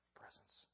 presence